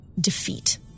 defeat